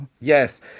Yes